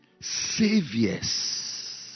saviors